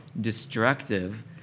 destructive